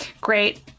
great